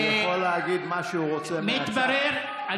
היושב-ראש,